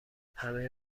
همه